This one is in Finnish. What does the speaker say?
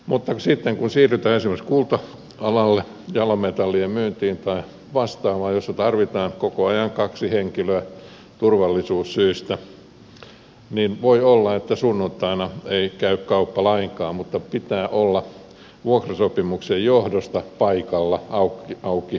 sitten kun siirrytään esimerkiksi kulta alalle jalometallien myyntiin tai vastaavaan jossa tarvitaan koko ajan kaksi henkilöä turvallisuussyistä niin voi olla että sunnuntaina ei käy kauppa lainkaan mutta pitää olla vuokrasopimuksen johdosta paikalla pitämässä kauppaa auki